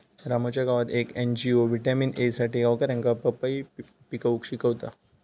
रामूच्या गावात येक एन.जी.ओ व्हिटॅमिन ए साठी गावकऱ्यांका पपई पिकवूक शिकवता